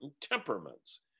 temperaments